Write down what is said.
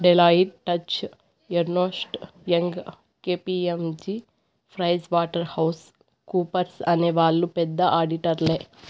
Deloitte, Touche Ernst, Young KPMG Price Water House కూపర్స్అనే వాళ్ళు పెద్ద ఆడిటర్లే